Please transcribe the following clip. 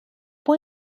può